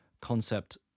concept